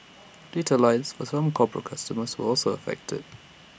data lines for some corporate customers were also affected